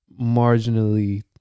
marginally